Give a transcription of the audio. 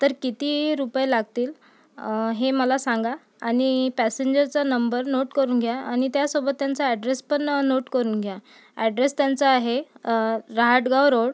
तर किती रुपये लागतील हे मला सांगा आणि पॅसेंजरचा नंबर नोट करून घ्या आणि त्यासोबत त्यांचा ॲड्रेस पण नोट करून घ्या ॲड्रेस त्यांचा आहे रहाटगाव रोड